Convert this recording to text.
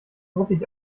ruppig